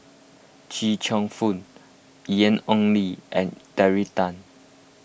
Chia Cheong Fook Ian Ong Li and Terry Tan